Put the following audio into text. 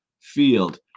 field